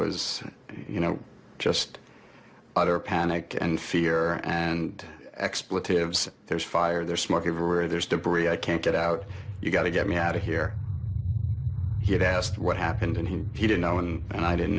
was you know just utter panic and fear and expletives there's fire there's smoke everywhere there's debris i can't get out you got to get me out of here he had asked what happened and he he didn't know and i didn't